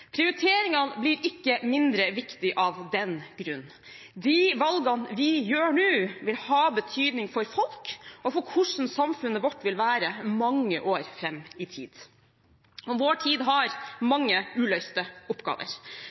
Prioriteringene blir ikke mindre viktige av den grunn. De valgene vi gjør nå, vil ha betydning for folk, og for hvordan samfunnet vårt vil være mange år fram i tid. Og vår tid har mange uløste oppgaver.